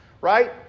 right